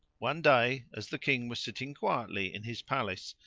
one day as the king was sitting quietly in his palace,